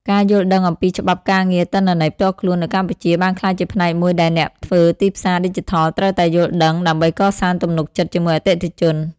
ការយល់ដឹងអំពីច្បាប់ការពារទិន្នន័យផ្ទាល់ខ្លួននៅកម្ពុជា បានក្លាយជាផ្នែកមួយដែលអ្នកធ្វើទីផ្សារឌីជីថលត្រូវតែយល់ដឹងដើម្បីកសាងទំនុកចិត្តជាមួយអតិថិជន។